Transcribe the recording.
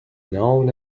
known